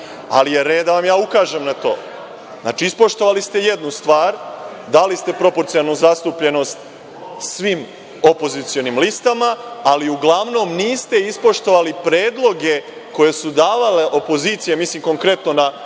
ali je red da vam ja ukažem na to. Znači, ispoštovali ste jednu stvar, dali ste proporcionalnu zastupljenost svim opozicionim listama, ali uglavnom niste ispoštovali predloge koje su davale opozicije, mislim konkretno na